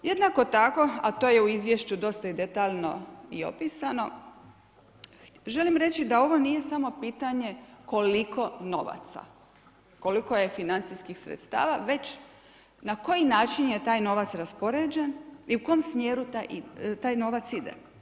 Jednako tako, a to je u izvješću dosta i detaljno i opisano, želim reći da ovo nije samo pitanje koliko novaca, koliko je financijskih sredstava već na koji način je taj novac raspoređen i u kojem smjeru taj novac ide.